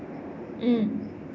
mm